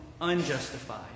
unjustified